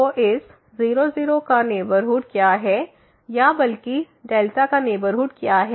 तो इस0 0का नेबरहुड क्या है या बल्कि का नेबरहुड क्या है